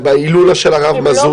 בהילולה של הרב מזוז.